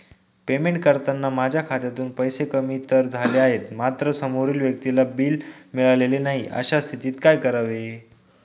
Payment करताना माझ्या खात्यातून पैसे कमी तर झाले आहेत मात्र समोरील व्यक्तीला बिल मिळालेले नाही, अशा स्थितीत काय करावे?